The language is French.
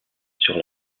sur